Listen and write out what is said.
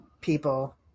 people